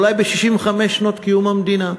אולי ב-65 שנות קיום המדינה.